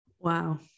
wow